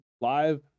live